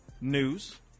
news